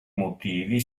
motivi